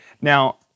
Now